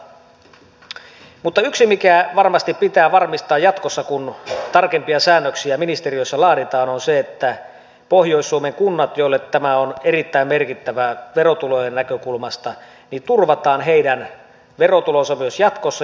mutta yksi mikä varmasti pitää varmistaa jatkossa kun tarkempia säännöksiä ministeriössä laaditaan on se että pohjois suomen kunnille joille tämä on erittäin merkittävää verotulojen näkökulmasta turvataan heidän verotulonsa myös jatkossa